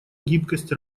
гибкость